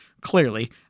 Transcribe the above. clearly